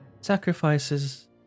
sacrifices